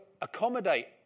accommodate